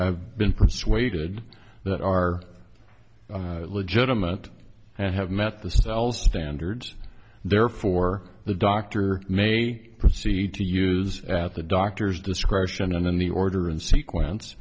ave been persuaded that are legitimate and have met the style standards therefore the doctor may proceed to use at the doctor's discretion and in the order and sequence